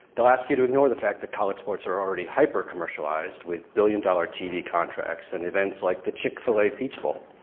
they'll ask you to ignore the fact that college sports are already hyper-commercialized with billion-dollar tv contracts and events like the chick-fil-a peach bowl.